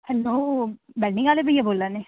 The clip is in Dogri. हैलो बेल्डिंग आह्ले भैया बोल्ला नै